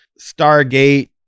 stargate